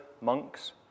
monks